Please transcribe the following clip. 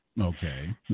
Okay